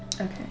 Okay